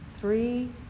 three